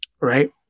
Right